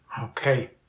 Okay